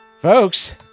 Folks